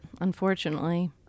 unfortunately